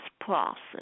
process